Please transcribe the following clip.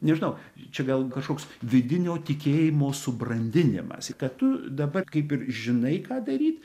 nežinau čia gal kažkoks vidinio tikėjimo subrandinimas kad tu dabar kaip ir žinai ką daryt